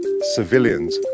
civilians